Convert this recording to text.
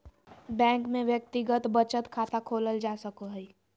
bank में व्यक्तिगत बचत खाता खोलल जा सको हइ